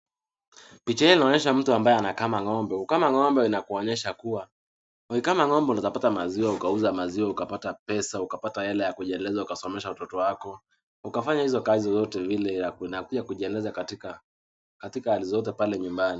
Picha inaonyesha mtu ambaye anakama ng'ombe. Ukama ng'ombe inakuonyesha kuwa ukikama ng'ombe utapata maziwa, ukauza maziwa, ukapata pesa, ukapata hela ya kujiendeleza ukasomesha watoto wako. Ukafanya hizo kazi zozote vile ya kuja kujiendeleza katika katika hali zote pale nyumbani.